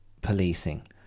policing